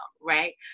Right